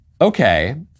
Okay